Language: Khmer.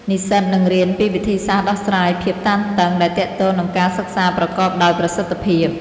និស្សិតនឹងរៀនពីវិធីសាស្ត្រដោះស្រាយភាពតានតឹងដែលទាក់ទងនឹងការសិក្សាប្រកបដោយប្រសិទ្ធភាព។